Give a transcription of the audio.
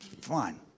Fine